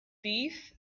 beef